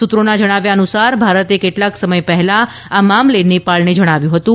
સૂત્રોના જણાવ્યા અનુસાર ભારતે કેટલાંક સમય પહેલા આ મામલે નેપાળને જણાવ્યું હતું